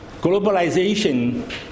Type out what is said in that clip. Globalization